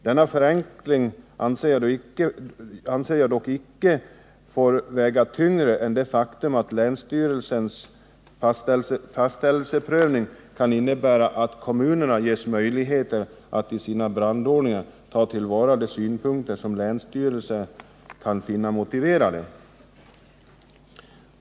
Denna förenkling får dock, enligt min mening, inte väga tyngre än det faktum att länsstyrelsens fastställelseprövning kan innebära att kommunerna ges möjligheter att i sina brandordningar ta till vara de synpunkter som länsstyrelsen kan finna motiverade.